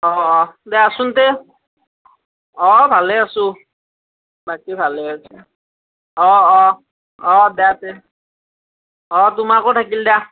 অঁ অঁ দেচোন তে অঁ ভালে আছোঁ বাকী ভালেই অঁ অঁ অঁ দে তে অঁ তোমাকো থাকিল দিয়া